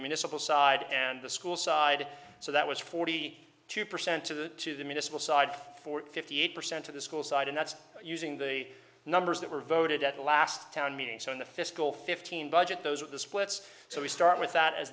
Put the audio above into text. municipal side and the school side so that was forty two percent to the to the municipal side for fifty eight percent of the school side and that's using the numbers that were voted at the last town meeting so in the fiscal fifteen budget those are the splits so we start with that as